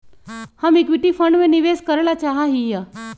हम equity fund में निवेश करे ला चाहा हीयी